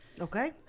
Okay